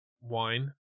wine